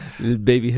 Baby